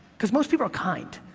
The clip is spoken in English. because most people are kind,